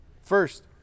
First